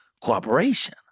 cooperation